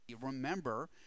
remember